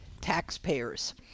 taxpayers